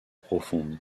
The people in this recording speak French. profondes